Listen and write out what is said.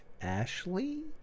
ashley